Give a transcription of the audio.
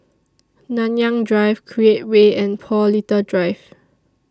Nanyang Drive Create Way and Paul Little Drive